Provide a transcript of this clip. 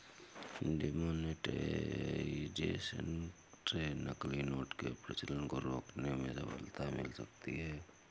demonetisation से नकली note के प्रचलन को रोकने में सफलता मिल सकती है